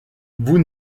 vous